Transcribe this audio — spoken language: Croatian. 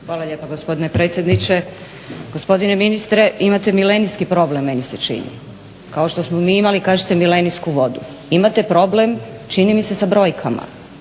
Hvala lijepa gospodine predsjedniče. Gospodine ministre, imate milenijski problem meni se čini, kao što smo mi imali kažete milenijsku vodu. Imate problem čini mi se sa brojkama.